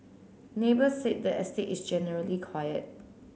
neighbours said the estate is generally quiet